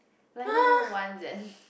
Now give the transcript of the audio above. like not even once leh